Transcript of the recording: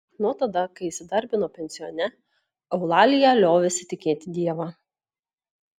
nuo tada kai įsidarbino pensione eulalija liovėsi tikėti dievą